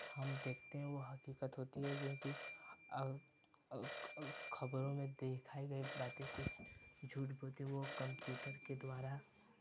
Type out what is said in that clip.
देखते हैं वो हकीकत होती है क्योंकि खबरों में दिखाए गए बातें कुछ झूठ भी होती है वो कम्प्यूटर के द्वारा